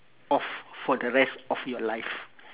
of for the rest of your life